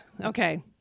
okay